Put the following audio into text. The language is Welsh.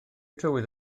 tywydd